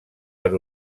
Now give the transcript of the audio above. per